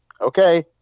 Okay